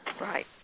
Right